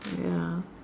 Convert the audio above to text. ya